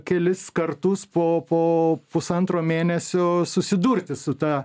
kelis kartus po po pusantro mėnesio susidurti su ta